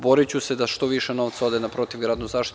Boriću se da što više novca ode na protivgradnu zaštitu.